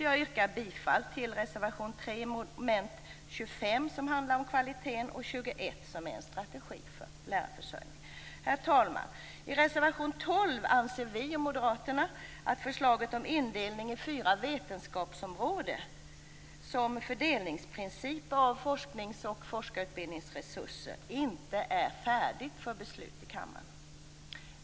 Jag yrkar bifall till reservation 3 under mom. 25 som handlar om kvalitet och mom. 21 om en strategi för lärarförsörjning. Herr talman! I reservation 12 anser vi och Moderata samlingspartiet att förslaget om indelning i fyra vetenskapsområden som fördelningsprincip av forsknings och forskarutbildningsresurser inte är färdigt för beslut i kammaren.